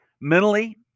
mentally